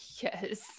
Yes